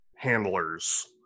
handlers